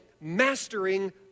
Mastering